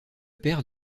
père